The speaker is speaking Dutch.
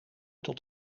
tot